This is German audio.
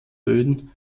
böden